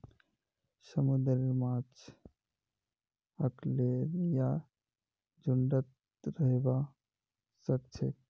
समुंदरेर माछ अखल्लै या झुंडत रहबा सखछेक